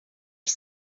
ich